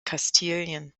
kastilien